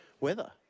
weather